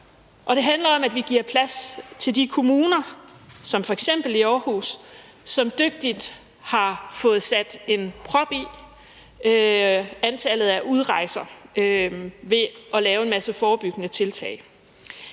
det handler om, at vi giver plads til de kommuner, som f.eks. Aarhus Kommune, som dygtigt har fået sat en prop i antallet af udrejser ved at lave en masse forebyggende tiltag.